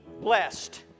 blessed